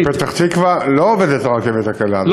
אבל בפתח-תקווה לא עובדת רכבת קלה,